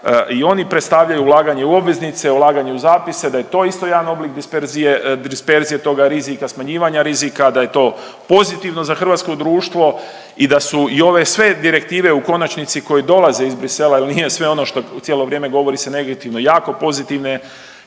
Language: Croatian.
i oni predstavljaju ulaganje u obveznice, ulaganje u zapise, da je to isto jedan oblik disperzije, disperzije toga rizika, smanjivanja rizika, da je to pozitivno za hrvatsko društvo i da su i ove sve direktive u konačnici koje dolaze iz Brisela, jel nije sve ono što cijelo vrijeme govori se negativno, jako pozitivne,